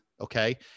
okay